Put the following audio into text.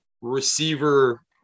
receiver